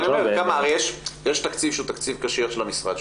יש תקציב שהוא תקציב קשיח של המשרד,